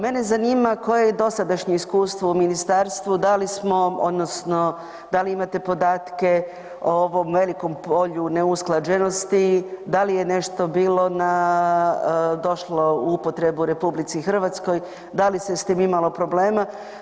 Mene zanima koje je dosadašnje iskustvo u ministarstvu odnosno da li imate podatke o ovom velikom polju neusklađenosti, da li je nešto došlo u upotrebu RH, da li se s tim imalo problema?